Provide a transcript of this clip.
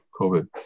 COVID